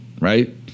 right